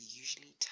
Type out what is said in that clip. usually